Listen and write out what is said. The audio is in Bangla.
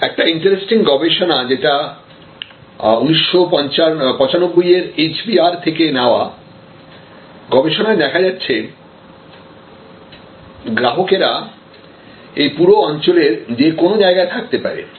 একটি ইন্টারেস্টিং গবেষণা যেটা 1995 HBR থেকে পাওয়া গবেষণায় দেখা গেছে গ্রাহক গ্রাহকেরা এই পুরো অঞ্চলের যে কোনো জায়গায় থাকতে পারে